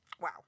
Wow